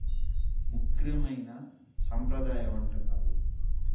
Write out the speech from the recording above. ముక్రమైన సంప్రదాయ వంటకాలు